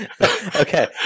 Okay